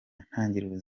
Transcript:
ntangiriro